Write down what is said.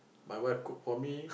my wife cook for me